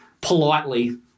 politely